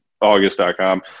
august.com